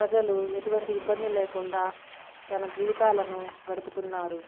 ప్రజలు ఎటువంటి ఇబ్బంది లేకుండా తమ జీవితాలను గడుపుతున్నారు